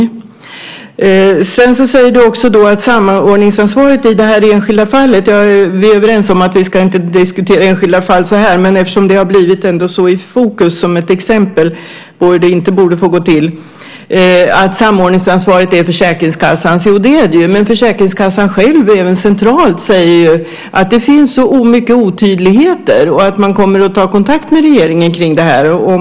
Hans Karlsson säger också att samordningsansvaret i det enskilda fallet - vi är överens om att vi inte ska diskutera enskilda fall här men det har ju hamnat så i fokus som ett exempel på hur det inte borde få gå till - är Försäkringskassans, och det är det ju. Men Försäkringskassan själv, även centralt, säger ju att det finns så mycket otydligheter och att man kommer att ta kontakt med regeringen om det här.